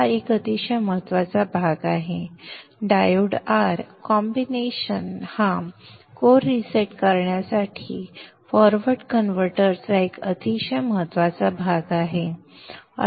तर हा एक अतिशय महत्त्वाचा भाग आहे डायोड R कॉम्बिनेशन हा कोर रीसेट करण्यासाठी फॉरवर्ड कन्व्हर्टरचा एक अतिशय महत्त्वाचा भाग आहे